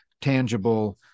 tangible